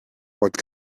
what